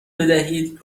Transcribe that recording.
بدهید